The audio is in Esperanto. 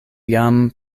jam